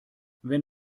wenn